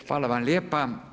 Hvala vam lijepa.